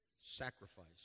Sacrifice